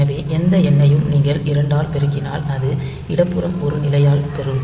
எனவே எந்த எண்ணையும் நீங்கள் 2 ஆல் பெருக்கினால் அது இடதுபுறம் ஒரு நிலையால் மாறும்